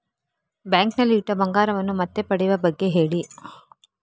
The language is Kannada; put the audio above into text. ಬ್ಯಾಂಕ್ ನಲ್ಲಿ ಇಟ್ಟ ಬಂಗಾರವನ್ನು ಮತ್ತೆ ಪಡೆಯುವ ಬಗ್ಗೆ ಹೇಳಿ